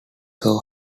saw